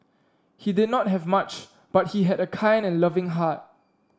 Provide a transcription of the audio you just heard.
he did not have much but he had a kind and loving heart